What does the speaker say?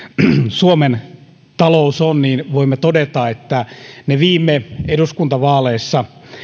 suomen talous on niin voimme todeta että ne viime eduskuntavaaleissa